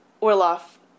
Orloff